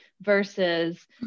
versus